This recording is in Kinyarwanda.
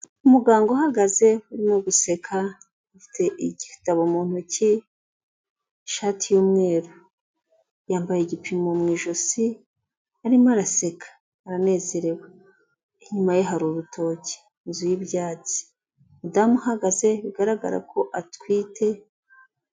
Umuganga uhagaze urimo guseka, ufite igitabo mu ntoki, ishati y'umweru. Yambaye igipimo mu ijosi, arimo araseka. Aranezerewe inyuma ye hari urutoki, inzu y'ibyatsi. Umadamu uhagaze bigaragara ko atwite.